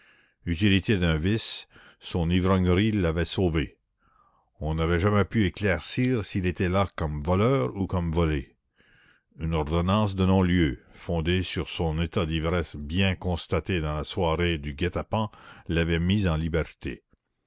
utilité d'un vice son ivrognerie l'avait sauvé on n'avait jamais pu éclaircir s'il était là comme voleur ou comme volé une ordonnance de non-lieu fondée sur son état d'ivresse bien constaté dans la soirée du guet-apens l'avait mis en liberté